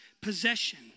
possession